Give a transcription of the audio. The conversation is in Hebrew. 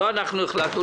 לא אנחנו החלטנו,